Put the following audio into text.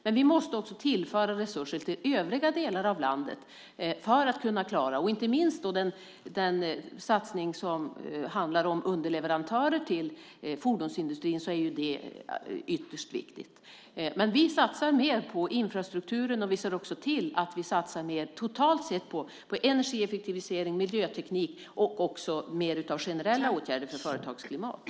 Men vi måste också tillföra resurser till övriga delar av landet för att klara detta, inte minst beträffande den satsning som handlar om underleverantörer till fordonsindustrin är detta ytterst viktigt. Men vi satsar mer på infrastrukturen, och vi ser också till att vi satsar mer totalt sett på energieffektivisering, miljöteknik och generella åtgärder för företagsklimatet.